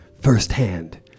firsthand